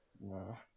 no